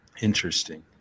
Interesting